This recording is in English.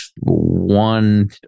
one